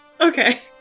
Okay